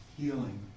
healing